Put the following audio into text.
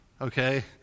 okay